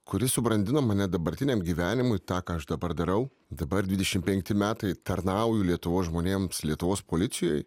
kuri subrandino mane dabartiniam gyvenimui tą ką aš dabar darau dabar dvidešim penkti metai tarnauju lietuvos žmonėms lietuvos policijoj